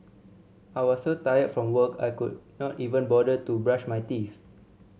I was so tired from work I could not even bother to brush my teeth